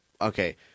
okay